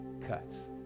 cuts